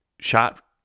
shot